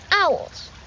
owls